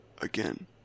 again